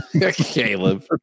Caleb